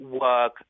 work